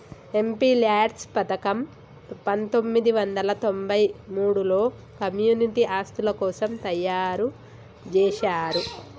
MPLADS పథకం పందొమ్మిది వందల తొంబై మూడులో కమ్యూనిటీ ఆస్తుల కోసం తయ్యారుజేశారు